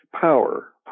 power